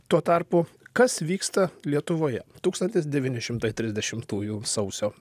tuo tarpu kas vyksta lietuvoje tūkstantis devyni šimtai trisdešimtųjų sausio